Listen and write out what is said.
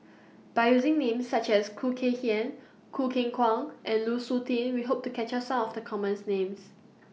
By using Names such as Khoo Kay Hian Choo Keng Kwang and Lu Suitin We Hope to capture Some of The commons Names